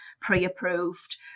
pre-approved